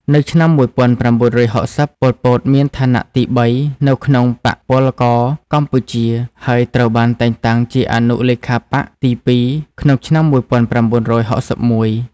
នៅឆ្នាំ១៩៦០ ប៉ុល ពត មានឋានៈទីបីនៅក្នុងបក្សពលករកម្ពុជា ហើយត្រូវបានតែងតាំងជាអនុលេខាបក្សទីពីរក្នុងឆ្នាំ១៩៦១។